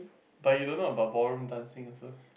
but you don't know about ballroom dancing also